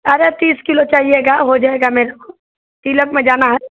अरे तीस किलो चहिएगा हो जाएगा मेरे को तिलक में जाना है